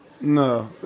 No